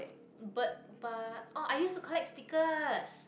bird-park oh i used to collect stickers